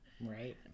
Right